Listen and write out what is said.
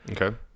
Okay